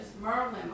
Merlin